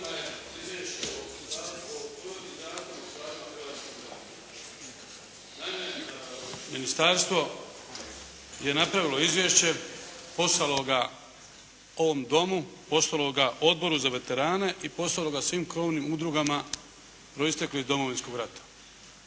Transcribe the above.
ministarstvo je napravilo izvješće, poslala ga ovom Domu, poslalo ga Odboru za veterane i poslalo ga svim krovnim udrugama proistekli iz Domovinskog rata,